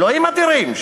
אלוהים אדירים,